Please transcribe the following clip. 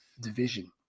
division